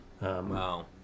wow